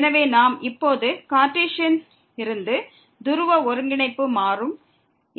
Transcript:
எனவே நாம் இப்போது கார்டேசியன் இருந்து துருவ ஒருங்கிணைப்பு மாறும்